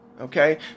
Okay